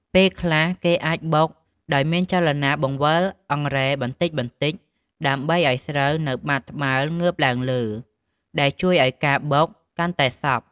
ពេលខ្លះ គេអាចបុកដោយមានចលនាបង្វិលអង្រែបន្តិចៗ ដើម្បីឱ្យស្រូវនៅបាតត្បាល់ងើបឡើងលើ ដែលជួយឱ្យការបុកកាន់តែសព្វ។